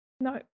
No